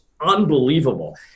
unbelievable